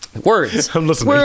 Words